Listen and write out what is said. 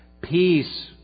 Peace